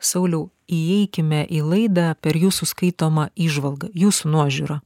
sauliau įeikime į laidą per jūsų skaitomą įžvalgą jūsų nuožiūra